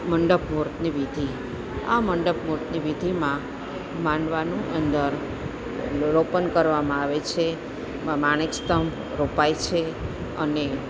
મંડપમૂરતની વિધિ આ મંડપમૂરતની વિધિમાં માંડવાનું અંદર રોપણ કરવામાં આવે છે એમાં માણેક સ્તંભ રોપાય છે અને